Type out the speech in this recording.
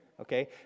Okay